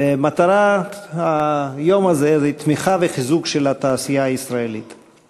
מטרת היום הזה היא תמיכה בתעשייה הישראלית וחיזוקה.